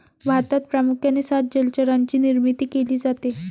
भारतात प्रामुख्याने सात जलचरांची निर्मिती केली जाते